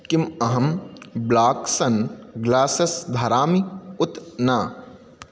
किम् अहं black sunglasses धरामि उत न